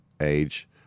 age